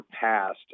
passed